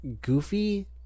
goofy